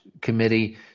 committee